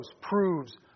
proves